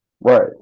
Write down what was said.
Right